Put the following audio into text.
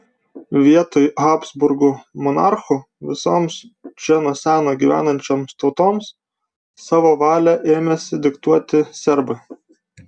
vietoj habsburgų monarchų visoms čia nuo seno gyvenančioms tautoms savo valią ėmėsi diktuoti serbai